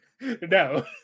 No